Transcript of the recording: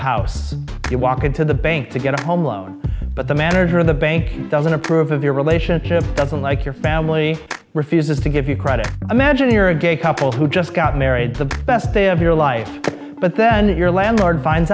house you walk into the bank to get a home loan but the manager of the bank doesn't approve of your relationship doesn't like your family refuses to give you credit imagine you're a gay couple who just got married to the best day of your life but then your landlord finds